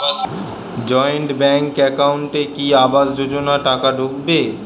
Joint bank একাউন্টে কি আবাস যোজনা টাকা ঢুকবে?